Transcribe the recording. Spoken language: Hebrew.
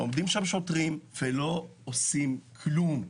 ועומדים שם שוטרים ולא עושים כלום.